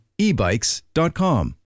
ebikes.com